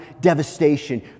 devastation